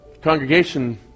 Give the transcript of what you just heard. congregation